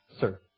Sir